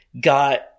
got